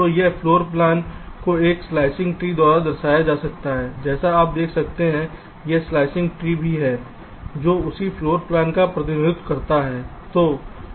तो इस floor plan को एक स्लाइसिंग ट्री द्वारा दर्शाया जा सकता है जैसे आप देख सकते हैं यह एक स्लाइसिंग ट्री भी है जो उसी फ्लोर प्लान का प्रतिनिधित्व करता है